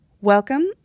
Welcome